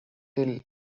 till